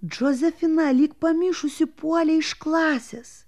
džozefina lyg pamišusi puolė iš klasės